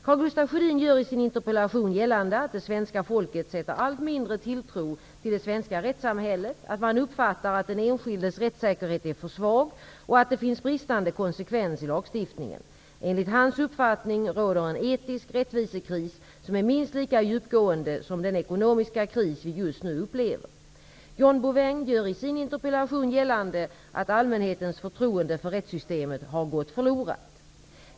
Karl Gustaf Sjödin gör i sin interpellation gällande att det svenska folket sätter allt mindre tilltro till det svenska rättssamhället, att man uppfattar att den enskildes rättssäkerhet är för svag och att det finns bristande konsekvens i lagstiftningen. Enligt hans uppfattning råder en etisk rättvisekris som är minst lika djupgående som den ekonomiska kris vi just nu upplever. John Bouvin gör i sin interpellation gällande att allmänhetens förtroende för rättssystemet har gått förlorat.